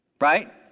Right